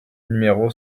numéro